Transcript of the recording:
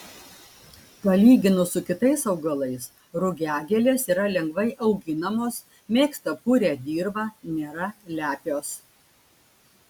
palyginus su kitais augalais rugiagėlės yra lengvai auginamos mėgsta purią dirvą nėra lepios